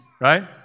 right